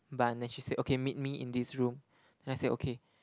bun then she say okay meet me in this room then I say okay